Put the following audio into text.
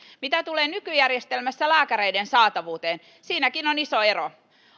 mitä tulee nykyjärjestelmässä lääkäreiden saatavuuteen siinäkin on iso ero